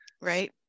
Right